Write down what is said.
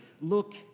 look